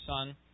son